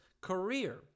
career